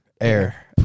Air